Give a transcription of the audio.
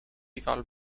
igal